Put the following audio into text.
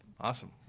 Awesome